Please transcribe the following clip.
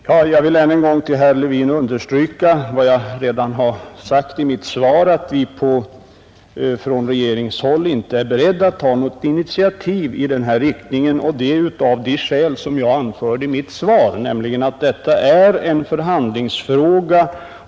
Herr talman! Jag vill än en gång för herr Levin understryka vad jag redan sagt i mitt svar, nämligen att vi från regeringshåll inte är beredda att ta något initiativ i den här riktningen och det av de skäl som jag anfört i svaret, nämligen att detta är en förhandlingsfråga.